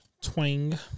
Twang